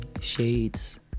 shades